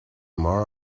more